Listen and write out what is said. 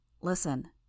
Listen